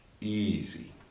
Easy